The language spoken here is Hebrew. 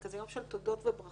זה כזה יום של תודות וברכות